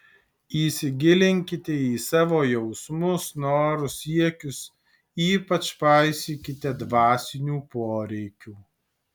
įsigilinkite į savo jausmus norus siekius ypač paisykite dvasinių poreikių